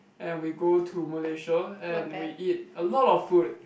and we go to Malaysia and we eat a lot of food